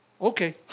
Okay